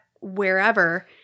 wherever